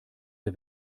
der